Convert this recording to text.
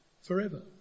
forever